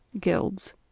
Guilds